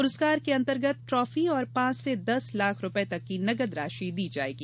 पुरस्कार के अंतर्गत ट्रॉफी और पांच से दस लाख रुपए तक की नकद राशि दी जाएगी